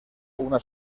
una